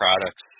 products